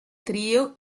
trio